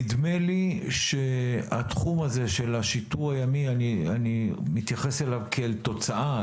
נדמה לי שהתחום הזה של השיטור הימי אני מתייחס אליו כאל תוצאה,